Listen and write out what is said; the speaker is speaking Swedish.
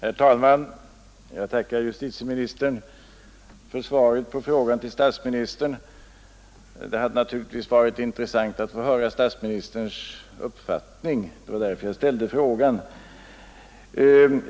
Herr talman! Jag tackar justitieministern för svaret på frågan till statsministern. Det hade naturligtvis varit intressant att få höra statsmi ningsinstitutets funktion i en representativ demokrati nisterns uppfattning — det var därför jag ställde frågan.